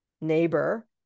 neighbor